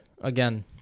Again